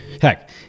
Heck